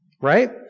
right